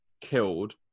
killed